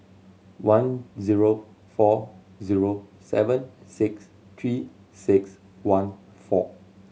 one zero four zero seven six Three Six One four